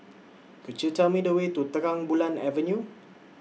Could YOU Tell Me The Way to Terang Bulan Avenue